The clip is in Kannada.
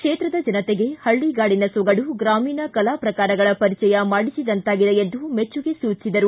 ಕ್ಷೇತ್ರದ ಜನತೆಗೆ ಹಳ್ಳಿಗಾಡಿನ ಸೊಗಡು ಗ್ರಾಮೀಣ ಕಲಾ ಪ್ರಕಾರಗಳ ಪರಿಚಯ ಮಾಡಿಸಿದಂತಾಗಿದೆ ಎಂದು ಮೆಚ್ಚುಗೆ ಸೂಚಿಸಿದರು